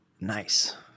Nice